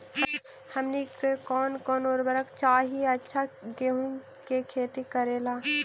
हमनी के कौन कौन उर्वरक चाही अच्छा गेंहू के खेती करेला?